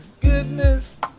goodness